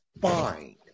fine